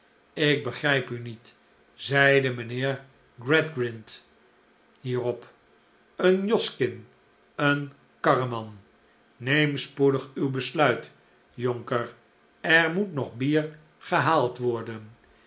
ik begrijp u niet zeide mijnheer gradgrind hierop een joskin een karreman neem spoedig uw besluit jonker er moet nog bier gehaald worden